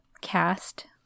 cast